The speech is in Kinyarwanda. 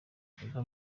iva